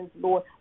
Lord